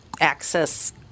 access